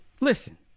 Listen